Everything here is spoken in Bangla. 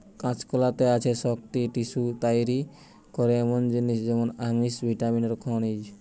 কাঁচকলাতে আছে শক্ত টিস্যু তইরি করে এমনি জিনিস যেমন আমিষ, ভিটামিন আর খনিজ